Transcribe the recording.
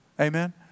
amen